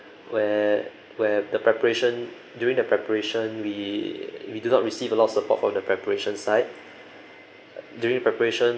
where where the preparation during the preparation we we do not receive a lot support from the preparation side during preparation